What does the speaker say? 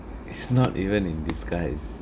it's not even in disguise